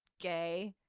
gay,